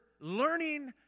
learning